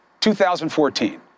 2014